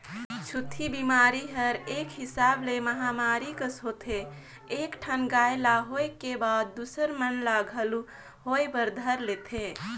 छूतही बेमारी हर एक हिसाब ले महामारी कस होथे एक ठन गाय ल होय के बाद दूसर मन ल घलोक होय बर धर लेथे